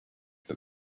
that